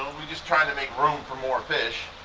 we're just trying to make room for more fish.